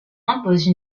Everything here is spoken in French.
impose